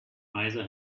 either